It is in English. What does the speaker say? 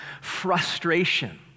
frustration